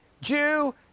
Jew